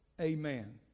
Amen